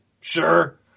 sure